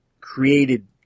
created